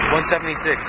176